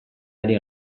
ari